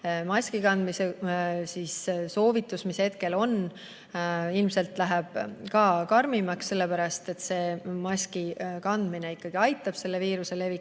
maski kandmise soovitus, mis hetkel on, ilmselt läheb karmimaks, sellepärast et maski kandmine aitab viiruse levikut